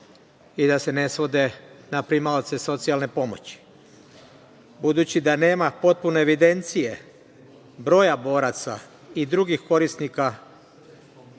i da se ne svode na primaoce socijalne pomoći. Budući da nema potpune evidencije broja boraca i drugih korisnika